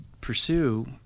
pursue